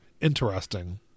interesting